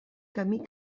camí